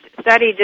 study